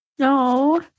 No